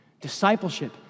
Discipleship